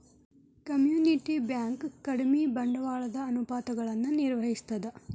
community bank ಕಡಿಮಿ ಬಂಡವಾಳದ ಅನುಪಾತಗಳನ್ನ ನಿರ್ವಹಿಸ್ತದ